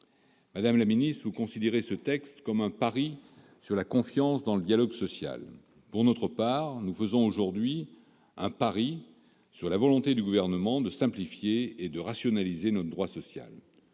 Madame la ministre, vous considérez ce texte comme « un pari sur la confiance dans le dialogue social ». Pour notre part, nous faisons aujourd'hui un pari sur la volonté du Gouvernement de simplifier et de rationaliser notre droit social.